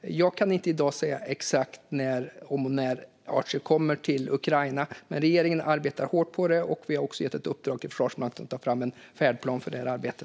Jag kan inte i dag säga exakt när Archer kommer till Ukraina, men regeringen arbetar hårt på det. Vi har också gett ett uppdrag till Försvarsmakten att ta fram en färdplan för detta arbete.